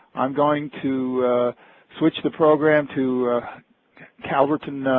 i'm going to switch the program to calverton,